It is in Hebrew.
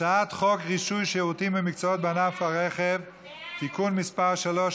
הצעת חוק רישוי שירותים ומקצועות בענף הרכב (תיקון מס' 3),